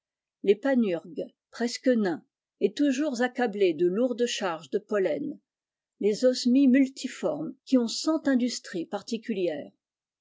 les panurgues presque nains et toujours accablés de lourdes charges de pollen les osmies multiformes qui ont cent industries particulières